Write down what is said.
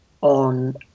on